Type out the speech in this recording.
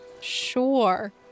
Sure